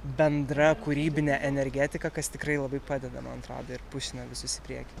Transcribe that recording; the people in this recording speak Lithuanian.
bendra kūrybine energetika kas tikrai labai padeda man atrado ir pušina visus į priekį